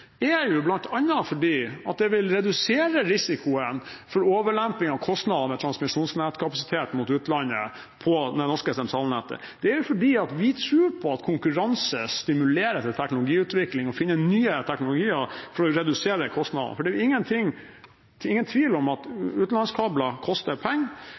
at det vil redusere risikoen for å lempe kostnader med transmisjonsnettkapasiteten mot utlandet over på det norske sentralnettet. Det er fordi vi tror på at konkurranse stimulerer til teknologiutvikling og til å finne nye teknologier for å redusere kostnader, for det er jo ingen tvil om at utenlandskabler koster penger,